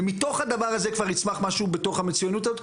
ומתוך הדבר הזה כבר יצמח משהו בתוך המצוינות הזאת,